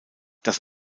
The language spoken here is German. das